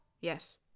Yes